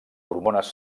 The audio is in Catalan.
hormones